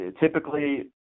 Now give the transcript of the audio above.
typically